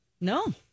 No